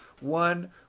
one